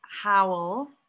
Howell